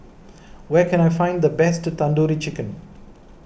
where can I find the best Tandoori Chicken